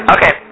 Okay